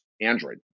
Android